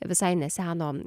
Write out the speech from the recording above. visai neseno